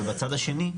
בצד השני,